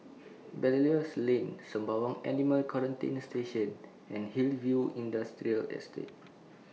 Belilios Lane Sembawang Animal Quarantine Station and Hillview Industrial Estate